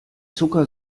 zucker